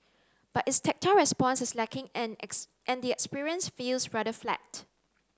but its tactile response is lacking and as and the experience feels rather flat